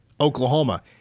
Oklahoma